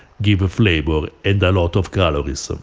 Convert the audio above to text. give ah flavor and a lot of calories. so